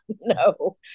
no